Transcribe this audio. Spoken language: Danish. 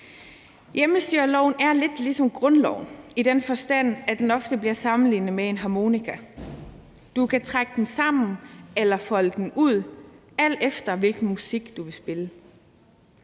Hjemmestyreloven er lidt ligesom grundloven i den forstand, at den ofte bliver sammenlignet med en harmonika. Du kan trække den sammen eller folde den ud, alt efter hvilken musik du vil spille.